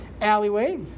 alleyway